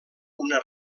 una